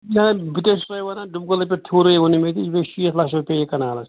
نہَ بہٕ تے چھُس تۄہہِ وَنان ڈُمہٕ کٔدل پٮ۪ٹھ ہیٚوٚرُے ووٚنُے مےٚ یہِ گَژھِ شیٖتھ لَچھ رۄپیہِ پیٚیہِ یہِ کَنال